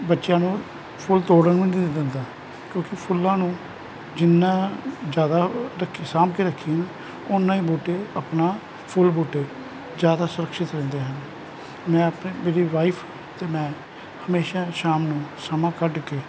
ਬੱਚਿਆਂ ਨੂੰ ਫੁੱਲ ਤੋੜਨ ਵੀ ਨਹੀ ਦਿੰਦਾ ਕਿਉਂਕਿ ਫੁੱਲਾਂ ਨੂੰ ਜਿੰਨਾਂ ਜ਼ਿਆਦਾ ਰੱਖ ਸਾਂਭ ਕੇ ਰਖੀਏ ਨਾ ਉੱਨਾਂ ਈ ਬੂਟੇ ਆਪਣਾ ਫੁੱਲ ਬੂਟੇ ਜ਼ਿਆਦਾ ਸੁਰਖਸ਼ਿਤ ਰਹਿੰਦੇ ਹਨ ਮੈਂ ਤੇ ਮੇਰੀ ਵਾਈਫ਼ ਅਤੇ ਮੈਂ ਹਮੇਸ਼ਾਂ ਸ਼ਾਮ ਨੂੰ ਸਮਾਂ ਕਢ ਕੇ